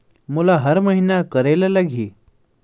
मोला हर महीना करे ल लगही?